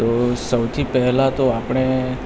તો સૌથી પહેલા તો આપણે